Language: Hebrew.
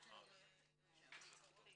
שלום.